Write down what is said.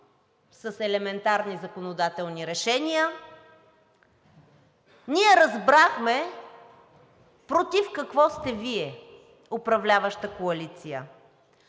с елементарни законодателни решения, ние разбрахме против какво сте Вие, управляваща коалиция.